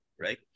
right